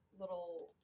little